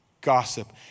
gossip